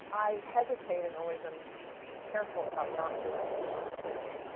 i hesitate, and always and careful about not doing too much before.